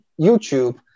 youtube